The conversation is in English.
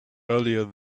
earlier